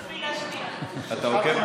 שאלת אם אני עוקב אחריך.